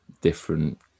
different